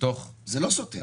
זה לא סותר.